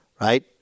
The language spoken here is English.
right